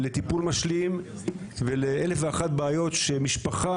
לטיפול משלים ולאלף ואחת בעיות שמשפחה